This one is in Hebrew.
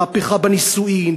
מהפכה בנישואין,